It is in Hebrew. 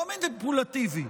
לא מניפולטיבי,